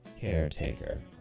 caretaker